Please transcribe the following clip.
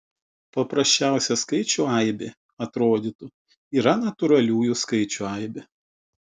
paprasčiausia skaičių aibė atrodytų yra natūraliųjų skaičių aibė